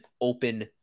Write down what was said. open